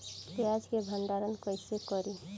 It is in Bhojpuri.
प्याज के भंडारन कईसे करी?